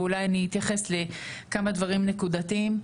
ואולי אני אתייחס לכמה דברים נקודתיים.